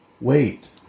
wait